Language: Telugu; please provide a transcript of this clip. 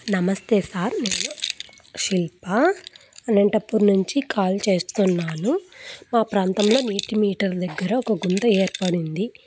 నమస్తే సార్ నేను శిల్ప అనంతపూర్ నుంచి కాల్ చేస్తున్నాను మా ప్రాంతంలో నీటి మీటర్ దగ్గర ఒక గుంత ఏర్పడింది